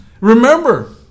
Remember